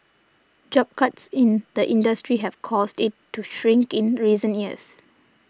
job cuts in the industry have caused it to shrink in recent years